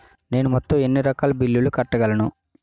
నేను మొత్తం ఎన్ని రకాల బిల్లులు కట్టగలను?